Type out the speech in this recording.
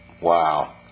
Wow